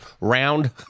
Round